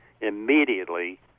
immediately